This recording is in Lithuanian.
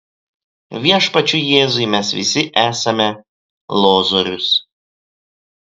viešpačiui jėzui mes visi esame lozorius